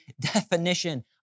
definition